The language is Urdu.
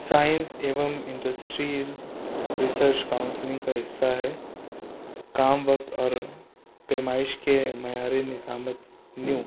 سائنس ایوم انڈسٹری ریسرچ کاؤنسلنگ کا حصہ ہے کام وقت اور پیمائش کے معیار نظامت نیو